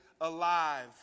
alive